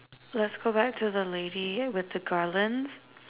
let's go back to the lady with the garlands